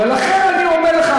ולכן אני אומר לך,